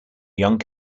young